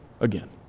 again